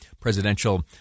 presidential